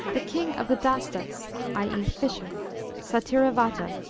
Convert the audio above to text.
the king of the dastas i. e, fisher satyravata,